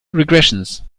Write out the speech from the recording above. regressions